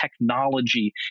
technology